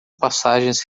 passagens